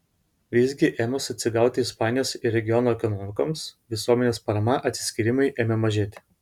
visgi ėmus atsigauti ispanijos ir regiono ekonomikoms visuomenės parama atsiskyrimui ėmė mažėti